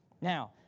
Now